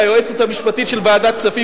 היועצת המשפטית של ועדת הכספים,